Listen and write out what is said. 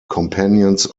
companions